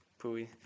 Pui